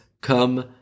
come